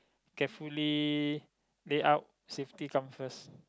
carefully layout safety come first